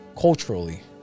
culturally